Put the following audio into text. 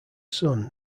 son